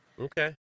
Okay